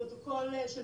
אנחנו